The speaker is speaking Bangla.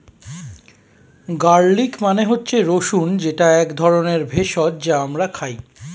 গার্লিক মানে হচ্ছে রসুন যেটা এক ধরনের ভেষজ যা আমরা খাই